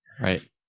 Right